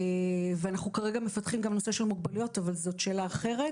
אנחנו כרגע מפתחים גם נושא של מוגבלויות אבל זאת שאלה אחרת.